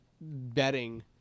betting